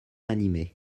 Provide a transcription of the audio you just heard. animé